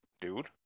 dude